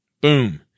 Boom